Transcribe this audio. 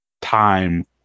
time